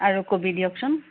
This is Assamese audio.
আৰু কবি দিয়কচোন